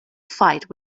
fight